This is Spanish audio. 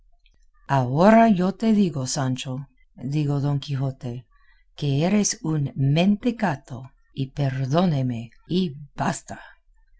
ahora yo te digo sancho dijo don quijote que eres un mentecato y perdóname y basta